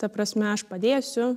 ta prasme aš padėsiu